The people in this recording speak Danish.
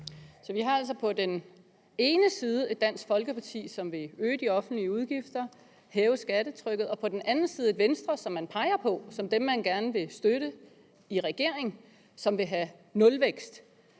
Så vi har altså på den ene side et Dansk Folkeparti, som vil øge de offentlige udgifter, hæve skattetrykket, og på den anden side et Venstre – som man peger på som dem, man gerne vil støtte i regering – som vil have nulvækst.